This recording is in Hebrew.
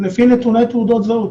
לפי נתוני תעודות זהות.